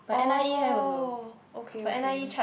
oh okay okay